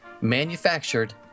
manufactured